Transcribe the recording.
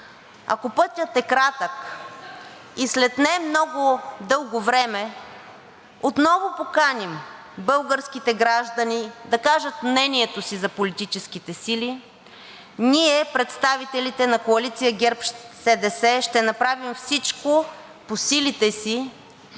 Ако пътят е кратък и след немного дълго време отново поканим българските граждани да кажат мнението си за политическите сили, ние, представителите на Коалиция ГЕРБ-СДС, ще направим всичко по силите си